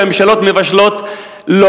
שהממשלות מבשלות לו,